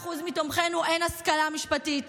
ל-99% מתומכינו אין השכלה משפטית,